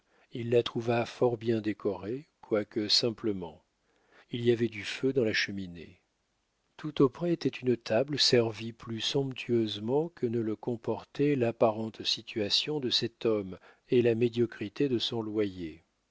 il la trouva fort bien décorée quoique simplement il y avait du feu dans la cheminée tout auprès était une table servie plus somptueusement que ne le comportaient l'apparente situation de cet homme et la médiocrité de son loyer